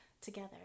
together